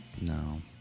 no